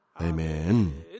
Amen